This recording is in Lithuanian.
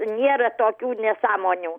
nėra tokių nesąmonių